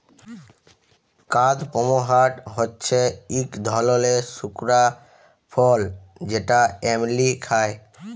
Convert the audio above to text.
কাদপমহাট হচ্যে ইক ধরলের শুকলা ফল যেটা এমলি খায়